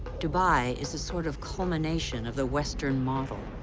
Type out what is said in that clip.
dubai is a sort of culmination of the western model,